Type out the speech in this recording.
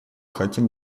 хотим